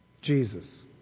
Jesus